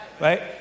right